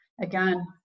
again